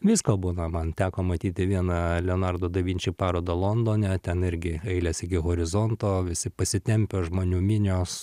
visko būna man teko matyti vieną leonardo da vinči parodą londone ten irgi eilės iki horizonto visi pasitempę žmonių minios